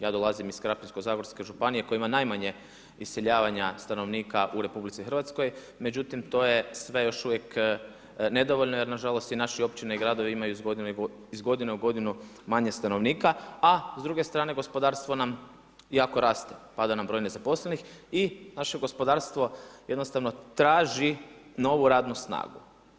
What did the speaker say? Ja dolazim iz Krapinsko-zagorske županije koja ima najmanje iseljavanja stanovnika u RH, međutim to je sve još uvijek nedovoljno jer nažalost i naše općine i gradovi imaju iz godine u godinu manje stanovnika, a s druge strane gospodarstvo nam jako raste, pada nam broj nezaposlenih i naše gospodarstvo jednostavno novu radnu snagu.